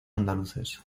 andaluces